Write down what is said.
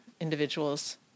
individuals